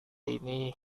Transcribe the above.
ini